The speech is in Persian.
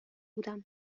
بودم